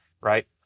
right